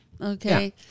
okay